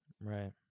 Right